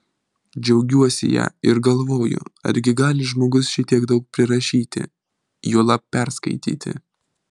džiaugiuosi ja ir galvoju argi gali žmogus šitiek daug prirašyti juolab perskaityti